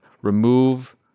Remove